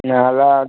ନାଁ ହେଲା